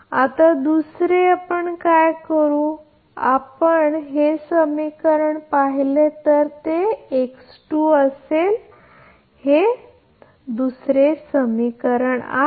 आता दुसरे आता पण काय करू जर आपण हे समीकरण पाहिले तर ते आपण या बरोबरच लिहू शकतो तर हे दुसरे समीकरण आहे